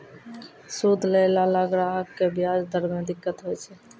सूद लैय लाला ग्राहक क व्याज दर म दिक्कत होय छै